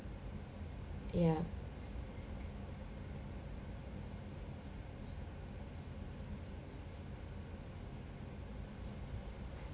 ya